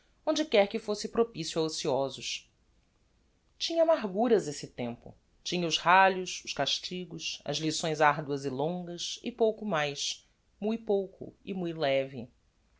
onde quer que fosse propicio a ociosos tinha amarguras esse tempo tinha os ralhos os castigos as lições arduas e longas e pouco mais mui pouco e mui leve